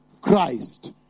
Christ